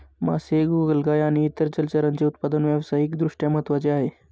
मासे, गोगलगाय आणि इतर जलचरांचे उत्पादन व्यावसायिक दृष्ट्या महत्त्वाचे आहे